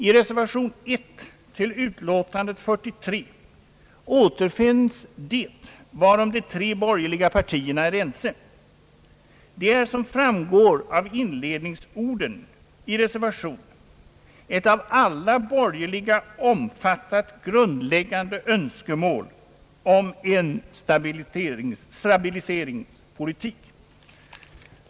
I reservation 1 till utlåtande nr 43 återfinns det varom de tre borgerliga partierna är ense. Det är, som framgår av inledningsorden i reservationen, ett av alla borgerliga omfattat grundläggande önskemål om en stabiliseringspolitik.